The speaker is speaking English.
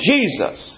Jesus